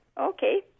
Okay